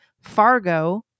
fargo